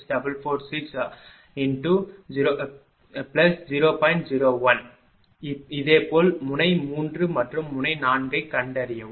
3719 இதேபோல் முனை 3 மற்றும் முனை 4 ஐக் கண்டறியவும்